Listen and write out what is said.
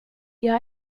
jag